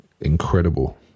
Incredible